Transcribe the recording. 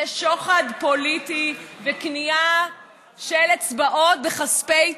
זה שוחד פוליטי וקנייה של אצבעות בכספי ציבור.